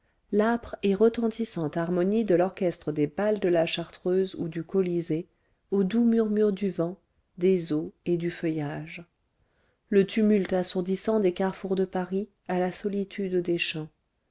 l'âpre et retentissante harmonie de l'orchestre des bals de la chartreuse ou du colisée au doux murmure du vent des eaux et du feuillage le tumulte assourdissant des carrefours de paris à la solitude des champs